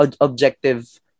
objective